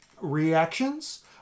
reactions